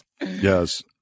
yes